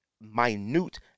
minute